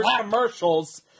commercials